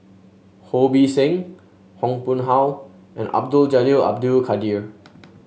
Ho Bee Seng Yong Pung How and Abdul Jalil Abdul Kadir